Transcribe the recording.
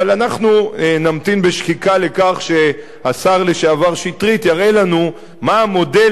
אבל אנחנו נמתין בשקיקה לכך שהשר לשעבר שטרית יראה לנו מה המודל